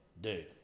dude